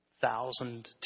thousand